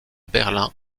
berlin